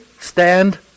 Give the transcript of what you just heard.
stand